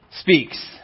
speaks